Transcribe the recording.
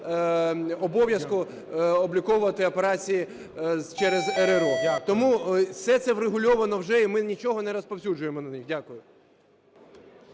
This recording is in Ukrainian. обов'язку обліковувати операції через РРО, тому все це врегульовано вже, і ми нічого не розповсюджуємо на них. Дякую.